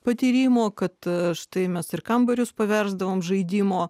patyrimo kad štai mes ir kambarius paversdavome žaidimo